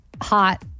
hot